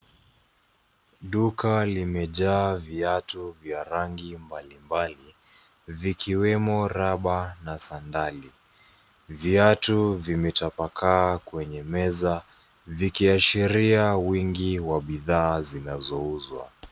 Duka limejaa viatu vya rangi mbalimbali vikiwemo raba na sandali. Viatu vimetapakaa kwenye meza vikiashiria wingi wa bidhaa zinazouzwa.